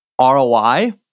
ROI